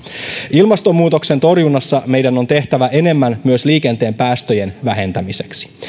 ilmastonmuutoksen torjunnassa meidän on tehtävä enemmän myös liikenteen päästöjen vähentämiseksi